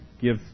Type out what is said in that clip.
Give